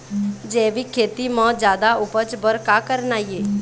जैविक खेती म जादा उपज बर का करना ये?